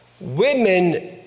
Women